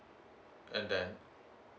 and then